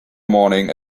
morning